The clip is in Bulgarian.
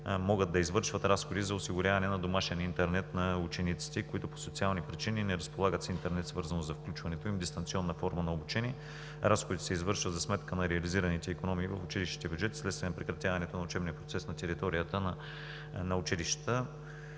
могат да извършват разходи за осигуряване на домашен интернет на учениците, които по социални причини не разполагат с интернет свързаност, за включването им в дистанционна форма на обучение. Разходите се извършват за сметка на реализираните икономии в училищния бюджет вследствие на прекратяване на учебния процес на територията на училищата.